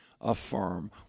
affirm